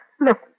Look